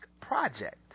project